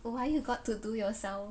why you got to do yourself